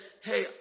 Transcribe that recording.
hey